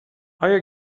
آیا